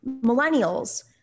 millennials